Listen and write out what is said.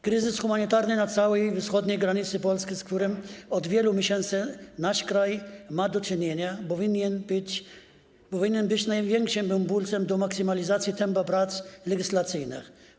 Kryzys humanitarny na całej wschodniej granicy Polski, z którym od wielu miesięcy nasz kraj ma do czynienia, powinien być największym impulsem do maksymalizacji tempa prac legislacyjnych.